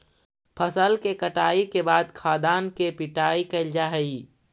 फसल के कटाई के बाद खाद्यान्न के पिटाई कैल जा हइ